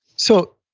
so